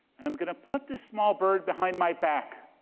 and i'm gonna put this small bird behind my back,